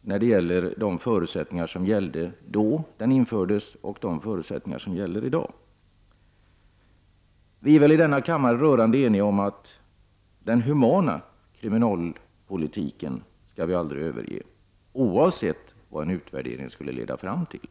när det gäller de förutsättningar som gällde vid den tidpunkt då den infördes jämfört med dem som gäller i dag. Vii denna kammare är väl rörande eniga om att den humana kriminalpolitiken är något som vi aldrig skall överge — oavsett vad en utvärdering skulle leda fram till.